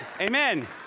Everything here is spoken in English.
Amen